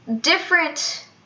different